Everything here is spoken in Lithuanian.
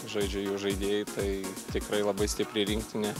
žaidžiu jų žaidėjai tai tikrai labai stipri rinktinė